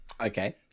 okay